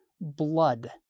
blood